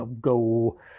go